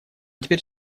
теперь